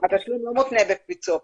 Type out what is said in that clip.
התשלום לא מותנה בביצוע פעולות,